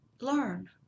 learn